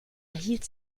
erhielt